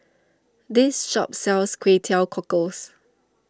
this shop sells Kway Teow Cockles